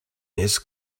this